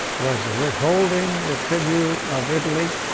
was the withholding the tribute of italy,